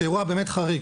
שהיא אירוע באמת חריג.